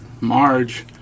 Marge